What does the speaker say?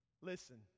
Listen